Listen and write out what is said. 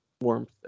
warmth